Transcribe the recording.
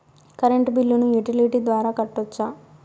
Current బిల్లును utility ద్వారా కట్టొచ్చా?